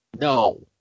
No